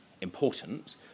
important